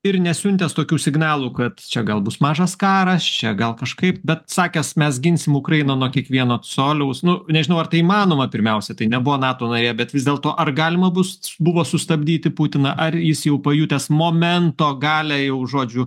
ir nesiuntęs tokių signalų kad čia gal bus mažas karas čia gal kažkaip bet sakęs mes ginsim ukrainą nuo kiekvieno coliaus nu nežinau ar tai įmanoma pirmiausia tai nebuvo nato narė bet vis dėlto ar galima bus buvo sustabdyti putiną ar jis jau pajutęs momento galią jau žodžiu